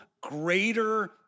greater